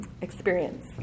experience